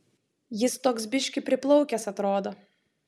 jis toks biškį priplaukęs atrodo